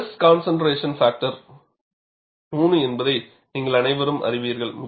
stress concentration factor 3 என்பதை நீங்கள் அனைவரும் அறிவீர்கள்